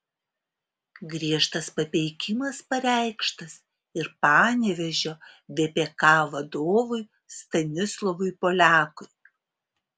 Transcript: griežtas papeikimas pareikštas ir panevėžio vpk vadovui stanislovui poliakui